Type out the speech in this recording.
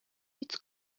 its